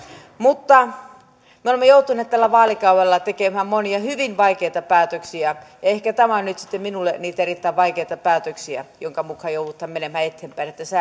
mutta me olemme joutuneet tällä vaalikaudella tekemään monia hyvin vaikeita päätöksiä ja ehkä tämä on nyt sitten minulle niitä erittäin vaikeita päätöksiä joiden mukaan joudutaan menemään eteenpäin että